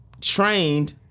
trained